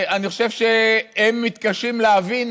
אני חושב שהם מתקשים להבין